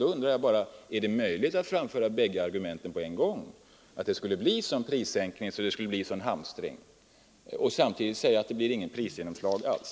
Då undrar jag bara: Är det möjligt att framföra bägge argumenten på en gång? Det innebär å ena sidan att 151 prissänkningen skulle medföra en hamstring, å andra sidan att det inte skulle bli något prisgenomslag alls.